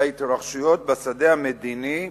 להתרחשויות בשדה המדיני,